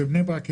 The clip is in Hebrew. בני ברק,